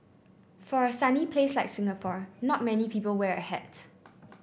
for a sunny place like Singapore not many people wear a hat